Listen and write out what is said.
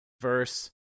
verse